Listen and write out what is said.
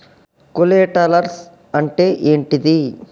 Collaterals అంటే ఏంటిది?